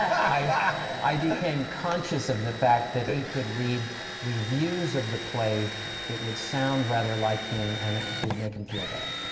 i i became conscious of the fact that he could read reviews of the play that would sound rather like him, and it would make him feel bad.